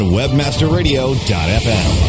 webmasterradio.fm